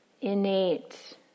innate